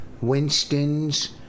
Winston's